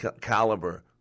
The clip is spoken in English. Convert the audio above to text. caliber